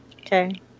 Okay